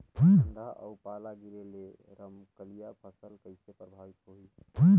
ठंडा अउ पाला गिरे ले रमकलिया फसल कइसे प्रभावित होही?